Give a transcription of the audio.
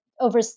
over